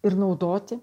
ir naudoti